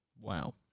Wow